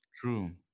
true